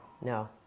no